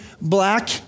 black